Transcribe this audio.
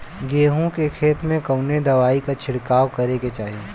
गेहूँ के खेत मे कवने दवाई क छिड़काव करे के चाही?